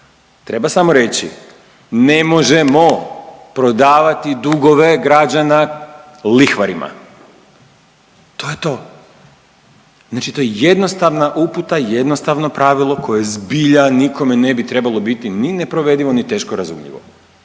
Treba samo reći ne možemo prodavati dugove građana lihvarima. To je to. Znači to je jednostavna uputa i jednostavno pravilo koje zbilja nikome ne bi trebalo biti ni neprovedivo ni teško razumljivo.